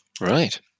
Right